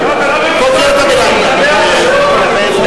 אולי אז הוא יהיה אנס.